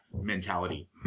mentality